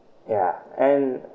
ya and